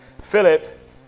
Philip